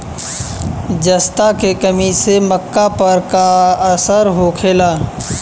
जस्ता के कमी से मक्का पर का असर होखेला?